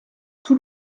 tout